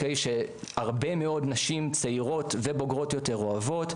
שהרבה מאוד נשים צעירות ובוגרות יותר אוהבות,